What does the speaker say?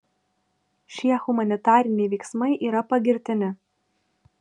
šie humanitariniai veiksmai yra pagirtini